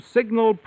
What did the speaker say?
Signal